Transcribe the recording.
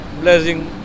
blessing